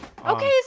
Okay